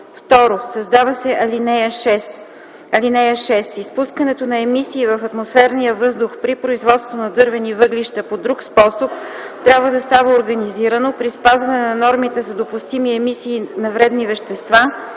2. Създава се ал. 6: „(6) Изпускането на емисии в атмосферния въздух при производство на дървени въглища по друг способ трябва да става организирано, при спазване на нормите за допустими емисии на вредни вещества